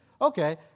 Okay